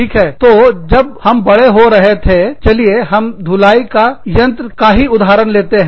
ठीक है तो जब हम बड़े हो रहे थे चलिए हम धुलाई का यंत्र का ही उदाहरण लेते हैं